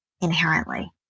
inherently